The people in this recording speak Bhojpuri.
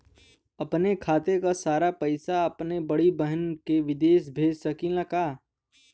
अपने खाते क सारा पैसा अपने बड़ी बहिन के विदेश भेज सकीला का?